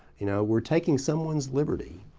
you know, we're taking someone's liberty,